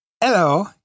Hello